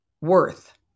worth